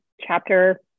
chapter